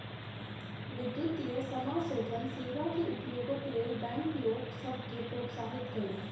विद्युतीय समाशोधन सेवा के उपयोगक लेल बैंक लोक सभ के प्रोत्साहित कयलक